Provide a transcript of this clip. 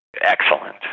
excellent